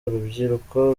urubyiruko